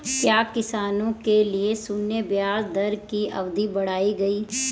क्या किसानों के लिए शून्य ब्याज दर की अवधि बढ़ाई गई?